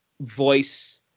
voice